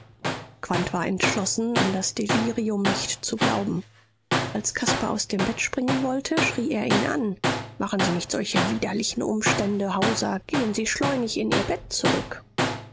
war entschlossen an das delirium nicht zu glauben als caspar aus dem bett springen wollte schrie er ihn an machen sie nicht solche widerlichen umstände hauser gehen sie schleunig in ihr bett zurück